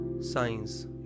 science